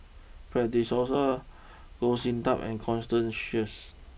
Fred De Souza Goh Sin Tub and Constance Sheares